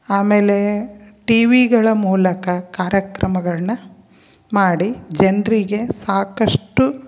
ಆಮೇಲೆ ಟಿ ವಿಗಳ ಮೂಲಕ ಕಾರ್ಯಕ್ರಮಗಳನ್ನ ಮಾಡಿ ಜನರಿಗೆ ಸಾಕಷ್ಟು